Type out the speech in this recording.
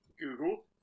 Google